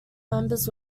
members